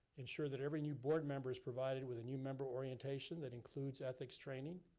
ensure that every new board member is provided with a new member orientation that includes ethics training.